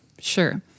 Sure